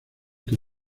que